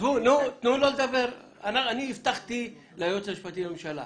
תנו לו לדבר, אני הבטחתי ליועץ המשפטי לממשלה,